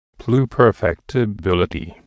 pluperfectibility